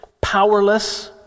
Powerless